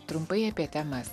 trumpai apie temas